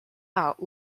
out